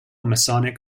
masonic